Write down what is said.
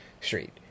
Street